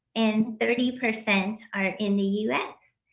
and thirty percent are in the u s,